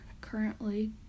currently